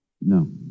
No